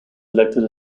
elected